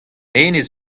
enez